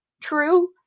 true